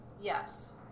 yes